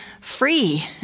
free